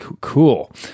Cool